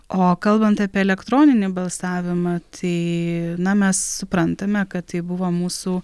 o kalbant apie elektroninį balsavimą tai na mes suprantame kad tai buvo mūsų